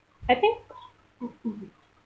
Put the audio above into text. I think mmhmm